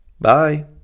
Bye